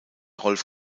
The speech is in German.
rolf